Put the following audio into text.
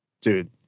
Dude